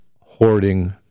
hoarding